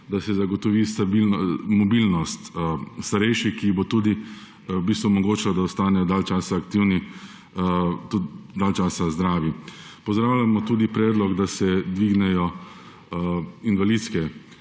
da se zagotovi mobilnost starejših, ki bo v bistvu omogočala, da ostanejo dalj časa aktivni, tudi dalj časa zdravi. Pozdravljamo tudi predlog, da se dvignejo invalidske